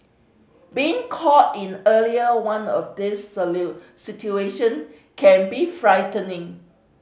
being caught in earlier one of these situation can be frightening